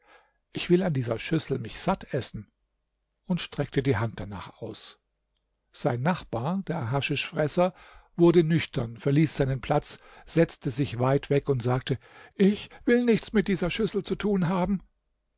ich will an dieser schüssel mich satt essen und streckte die hand darnach aus sein nachbar der haschischfresser wurde nüchtern verließ seinen platz setzte sich weit weg und sagte ich will nichts mit dieser schüssel zu tun haben